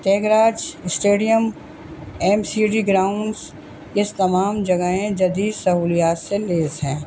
Thyagaraj stadium M C D grounds اس تمام جگہیں جديد سہولیات سے لیس ہیں